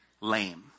Lame